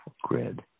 grid